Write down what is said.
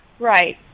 Right